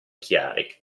chiari